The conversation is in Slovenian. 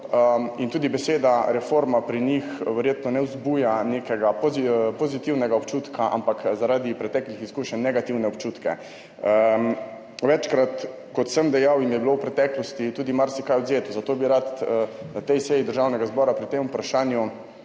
in tudi beseda reforma pri njih verjetno ne vzbuja nekega pozitivnega občutka, ampak zaradi preteklih izkušenj negativne občutke. Večkrat, kot sem dejal, jim je bilo v preteklosti tudi marsikaj odvzeti, zato bi rad na tej seji Državnega zbora pri tem vprašanju,